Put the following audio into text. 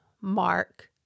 mark